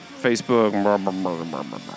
Facebook